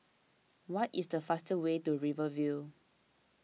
what is the fastest way to Rivervale